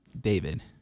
David